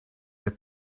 del